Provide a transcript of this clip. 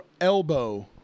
Elbow